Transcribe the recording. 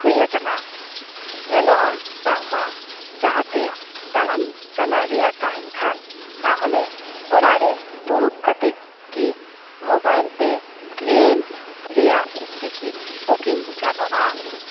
ᱦᱩᱭ ᱠᱟᱱᱟ ᱧᱮᱞᱚᱜᱼᱟ ᱵᱟᱝᱢᱟ ᱡᱟᱦᱟᱛᱮ ᱫᱟᱬᱟᱱ ᱪᱟᱞᱟᱜ ᱨᱮᱭᱟᱜ ᱛᱟᱦᱮᱱ ᱠᱷᱟᱱ ᱛᱟᱦᱞᱮ ᱚᱲᱟᱜ ᱨᱮ ᱫᱩᱲᱩᱵ ᱠᱟᱛᱮ ᱜᱮ ᱢᱳᱵᱟᱭᱤᱞ ᱛᱮ ᱴᱨᱮᱱ ᱨᱮᱭᱟᱜ ᱴᱤᱠᱤᱴ ᱵᱩᱠᱤᱝ ᱜᱟᱱᱚᱜᱼᱟ